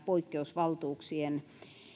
poikkeusvaltuuksien